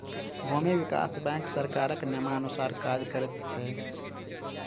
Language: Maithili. भूमि विकास बैंक सरकारक नियमानुसार काज करैत छै